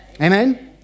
Amen